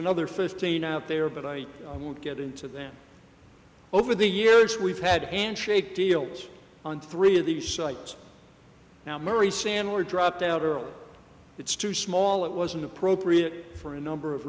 another fifteen out there but i would get into them over the years we've had a handshake deals on three of these sites now mary sandler dropped out early it's too small it wasn't appropriate for a number of